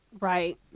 Right